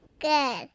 good